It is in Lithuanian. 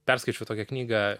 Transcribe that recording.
perskaičiau tokią knygą